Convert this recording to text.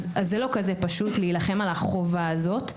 אז זה לא כזה פשוט להילחם על החובה הזאת.